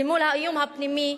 ומול האיום הפנימי,